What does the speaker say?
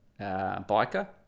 biker